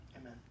Amen